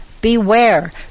beware